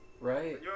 right